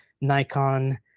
Nikon